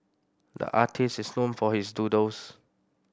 the artist is known for his doodles